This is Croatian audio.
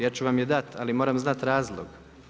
Ja ću vam je dat ali moram znati razlog.